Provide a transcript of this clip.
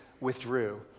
withdrew